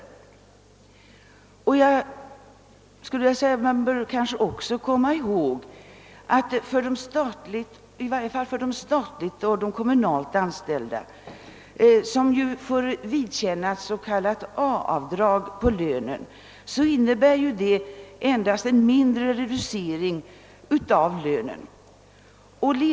Man bör kanske också komma ihåg att för i varje fall de statligt och kommunalt anställda, som får vidkännas s.k. A-avdrag på lönen, innebär detta endast en mindre reducering av lönen.